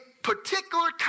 particular